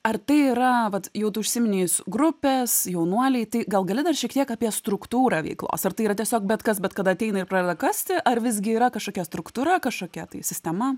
ar tai yra vat jau tu užsiminei grupės jaunuoliai tai gal gali dar šiek tiek apie struktūrą veiklos ar tai yra tiesiog bet kas bet kada ateina ir pradeda kasti ar visgi yra kažkokia struktūra kažkokia tai sistema